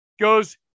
goes